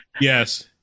Yes